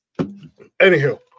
Anywho